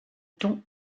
ton